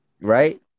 right